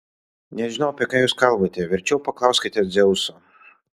nežinau apie ką jūs kalbate verčiau paklauskite dzeuso